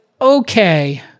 okay